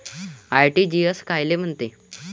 RTGS कायले म्हनते?